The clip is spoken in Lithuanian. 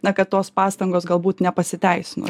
na kad tos pastangos galbūt nepasiteisino